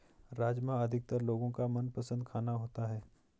राजमा अधिकतर लोगो का मनपसंद खाना होता है